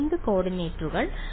primed കോർഡിനേറ്റുകൾ